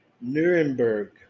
Nuremberg